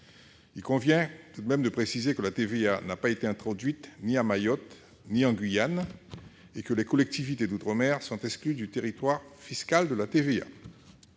Il convient aussi de préciser que la TVA n'a été introduite ni à Mayotte ni en Guyane et que les collectivités d'outre-mer sont exclues du territoire fiscal de la TVA.